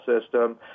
System